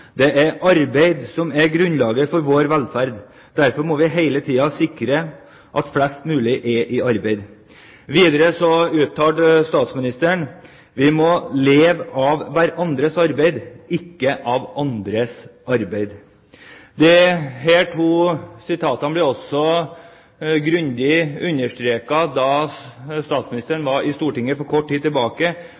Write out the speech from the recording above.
er arbeidet som er grunnlaget for vår velferd. Derfor må vi hele tiden sikre at flest mulig er i arbeid.» Videre uttalte statsministeren at vi må leve av hverandres arbeid, ikke av andres arbeid. Dette ble også grundig understreket da statsministeren var i Stortinget for kort tid tilbake